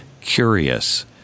curious